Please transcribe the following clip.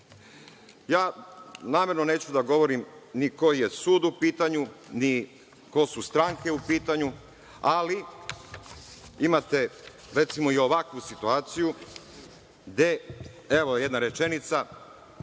namerno govoriti koji je sud u pitanju, ni ko su stranke u pitanju, ali imate recimo i ovakvu situaciju gde evo rečenice,